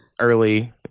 early